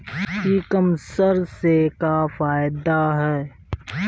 ई कामर्स से का फायदा ह?